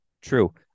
True